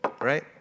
Right